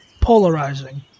Polarizing